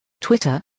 Twitter